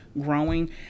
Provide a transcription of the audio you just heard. growing